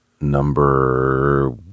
number